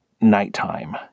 nighttime